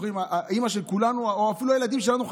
האימא של כולנו או אפילו הילדים שלנו,